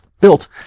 built